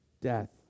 death